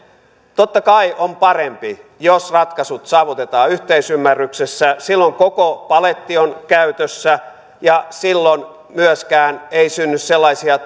totta kai on parempi jos ratkaisut saavutetaan yhteisymmärryksessä silloin koko paletti on käytössä ja silloin myöskään ei synny sellaisia